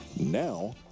Now